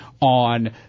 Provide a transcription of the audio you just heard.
on